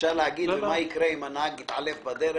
אפשר להגיד: ומה יקרה אם הנהג יתעלף בדרך?